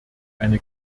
eine